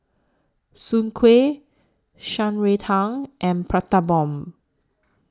Soon Kway Shan Rui Tang and Prata Bomb